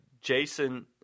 Jason